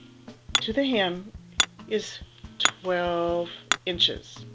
to the hem is twelve inches.